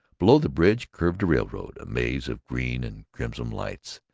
below the bridge curved a railroad, a maze of green and crimson lights.